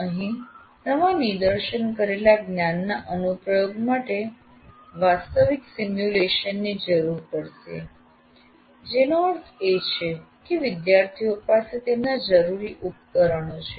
અહીં નવા નિદર્શન કરેલા જ્ઞાનના અનુપ્રયોગ માટે વાસ્તવિક સિમ્યુલેશન ની જરૂર પડશે જેનો અર્થ છે કે વિદ્યાર્થીઓ પાસે તેમના જરૂરી ઉપકરણો છે